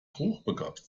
hochbegabt